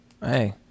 Hey